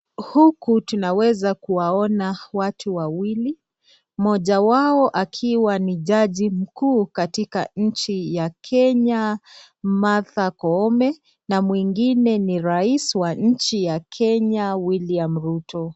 Huku tunaweza kuwaona watu wawili, mmoja wao akiwa ni jaji mkuu katika nchi ya Kenya Martha Koome na mwingine ni rais wa nchi ya Kenya William Ruto.